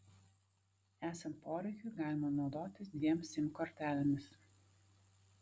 esant poreikiui galima naudotis dviem sim kortelėmis